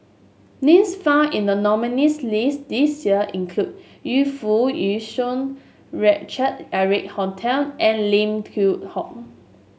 names found in the nominees' list this year include Yu Foo Yee Shoon Richard Eric Holttum and Lim Hock